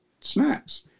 snacks